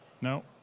No